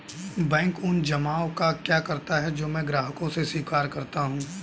Bank उन जमाव का क्या करता है जो मैं ग्राहकों से स्वीकार करता हूँ?